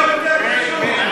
זה לא יותר חשוב?